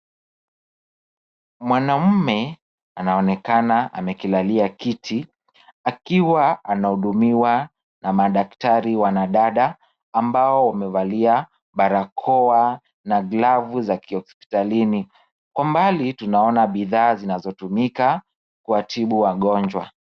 Mwanamume anaonekana amekilali kiti akiwa anahudumiwa na madaktari wanadada ambao wamevalia barakoa na glavu za hospitalini. Kwa mbali tunaona bidhaa zinazotumika kuwatibu wagonjwa.